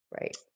Right